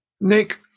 nick